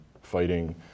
fighting